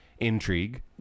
intrigue